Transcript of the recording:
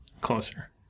closer